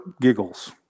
giggles